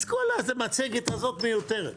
אז כל המצגת הזאת מיותרת.